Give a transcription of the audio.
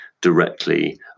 directly